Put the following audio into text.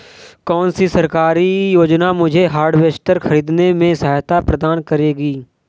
कौन सी सरकारी योजना मुझे हार्वेस्टर ख़रीदने में सहायता प्रदान करेगी?